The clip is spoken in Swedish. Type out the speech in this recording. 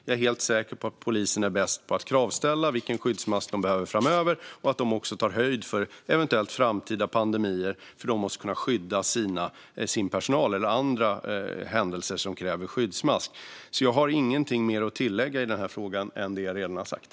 Jag är helt säker på att polisen är bäst på att kravställa när det gäller vilken skyddsmask man behöver framöver och att man också tar höjd för eventuella framtida pandemier eller andra händelser som kräver skyddsmask - polisen måste kunna skydda sin personal. Jag har därför inget mer att tillägga i denna fråga utöver det jag redan har sagt.